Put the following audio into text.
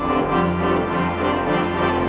whoa whoa whoa whoa whoa